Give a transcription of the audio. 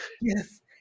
yes